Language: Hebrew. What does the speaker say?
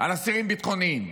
על אסירים ביטחוניים,